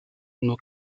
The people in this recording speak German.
nur